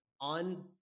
on